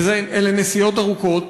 ואלה נסיעות ארוכות.